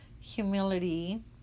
humility